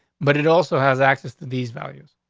but it also has access to these values.